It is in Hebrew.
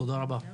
תודה רבה.